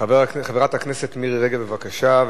חברת הכנסת מירי רגב, בבקשה.